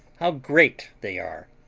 how great they are!